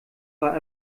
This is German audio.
war